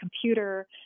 computer